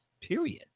Period